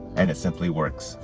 and it simply works.